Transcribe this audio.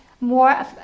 more